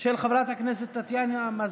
של חבר הכנסת יוסי שיין,